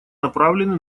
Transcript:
направлены